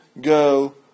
go